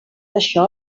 això